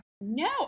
No